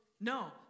No